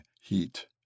heat